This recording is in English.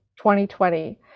2020